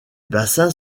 bassins